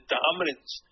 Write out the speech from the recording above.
dominance